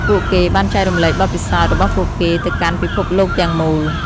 ពួកគេបានចែករំលែកបទពិសោធន៍របស់ពួកគេទៅកាន់ពិភពលោកទាំងមូល។